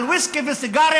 על ויסקי וסיגרים?